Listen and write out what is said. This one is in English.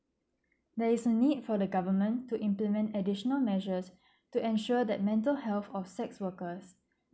there is a need for the government to implement additional measures to ensure that mental health of sex workers